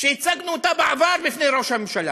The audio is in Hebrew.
שהצגנו בעבר בפני ראש הממשלה,